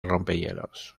rompehielos